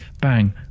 Bang